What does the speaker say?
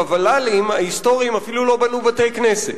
בוול"לים ההיסטוריים אפילו לא בנו בתי-כנסת,